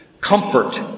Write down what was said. Comfort